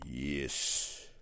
Yes